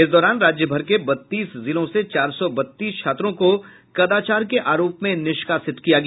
इस दौरान राज्यभर के बत्तीस जिलों से चार सौ बत्तीस छात्रों को कदाचार के आरोप में निष्कासित किया गया